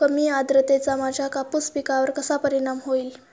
कमी आर्द्रतेचा माझ्या कापूस पिकावर कसा परिणाम होईल?